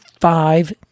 five